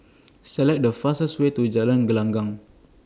Select The fastest Way to Jalan Gelenggang